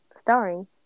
starring